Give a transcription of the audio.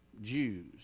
Jews